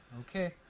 Okay